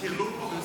טרלול פרוגרסיבי?